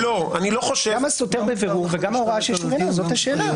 גם --- בבירור וגם --- זאת השאלה.